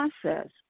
process